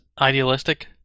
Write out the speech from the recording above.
Idealistic